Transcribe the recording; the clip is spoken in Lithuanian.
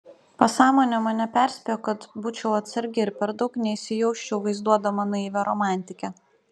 pasąmonė mane perspėjo kad būčiau atsargi ir per daug neįsijausčiau vaizduodama naivią romantikę